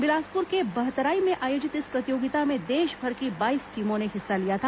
बिलासपुर के बहतराई में आयोजित इस प्रतियोगिता में देशभर की बाईस टीमों ने हिस्सा लिया था